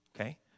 okay